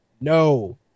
no